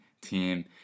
team